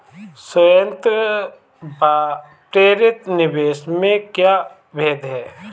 स्वायत्त व प्रेरित निवेश में क्या भेद है?